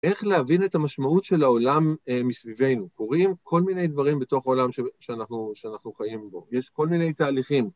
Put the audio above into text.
איך להבין את המשמעות של העולם מסביבנו? קורים כל מיני דברים בתוך העולם שאנחנו חיים בו, יש כל מיני תהליכים.